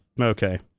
Okay